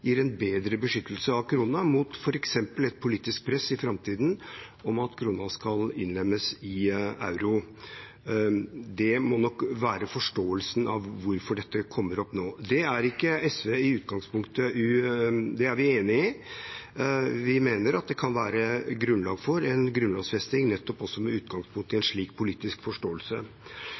gir en bedre beskyttelse av krona mot f.eks. et politisk press i framtiden om at krona skal innlemmes i euro. Det må nok være forståelsen av hvorfor dette kommer opp nå. Det er SV enig i – vi mener at det kan være grunnlag for en grunnlovfesting nettopp også med utgangspunkt i en slik politisk forståelse.